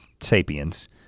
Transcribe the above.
Sapiens